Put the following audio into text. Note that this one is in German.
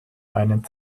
einen